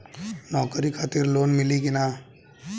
नौकरी खातिर लोन मिली की ना?